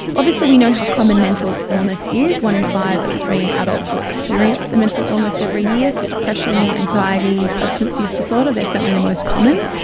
obviously we know how common mental illness is, one in five australian adults will experience a mental illness every year, so depression, anxiety, substance use disorder, they are certainly the most common.